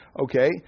Okay